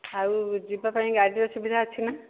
ଆଉ ଯିବା ପାଇଁ ଗାଡ଼ିର ସୁବିଧା ଅଛି ନା